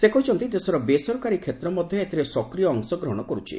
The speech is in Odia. ସେ କହିଛନ୍ତି ଦେଶର ବେସରକାରୀ କ୍ଷେତ୍ର ମଧ୍ୟ ଏଥିରେ ସକ୍ରିୟ ଅଂଶଗ୍ରହଣ କରୁଛି